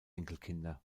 enkelkinder